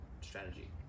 strategy